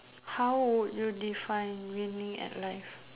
how would you define winning at life